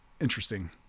interesting